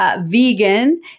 vegan